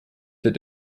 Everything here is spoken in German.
wird